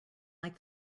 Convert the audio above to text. like